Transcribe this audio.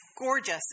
gorgeous